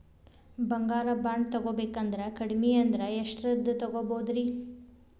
ಬಂಗಾರ ಬಾಂಡ್ ತೊಗೋಬೇಕಂದ್ರ ಕಡಮಿ ಅಂದ್ರ ಎಷ್ಟರದ್ ತೊಗೊಬೋದ್ರಿ?